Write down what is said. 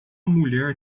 mulher